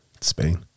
Spain